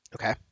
Okay